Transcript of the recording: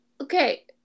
okay